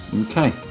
okay